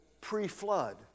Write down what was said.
pre-flood